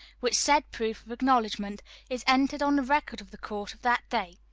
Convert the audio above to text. which said proof of acknowledgment is entered on the record of the court of that day.